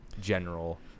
general